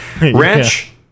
Ranch